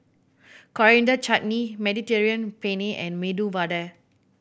Coriander Chutney Mediterranean Penne and Medu Vada